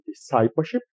discipleship